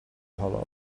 hollow